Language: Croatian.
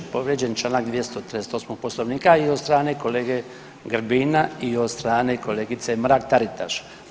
Povrijeđen je čl. 238. poslovnika i od strane kolege Grbina i od strane kolegice Mrak Taritaš.